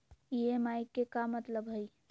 EMI के का मतलब हई?